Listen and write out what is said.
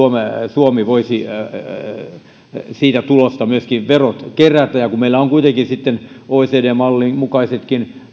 suomi voisi myöskin kerätä tulosta verot ja kun meillä on kuitenkin oecd mallin mukaiset